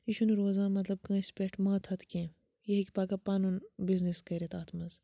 یہِ چھُنہٕ روزان مَطلَب کٲنٛسہِ پٮ۪ٹھ مٲہتَتھ کیٚنٛہہ یہِ ہیٚکہِ پَگاہ پَنُن بِزنِس کٔرِتھ اَتھ منٛز